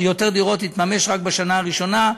לא מסתכם רק במתן רישיונות.